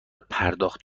پرداخت